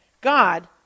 God